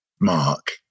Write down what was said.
mark